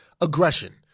Aggression